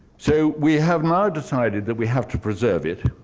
so we have now decided that we have to preserve it,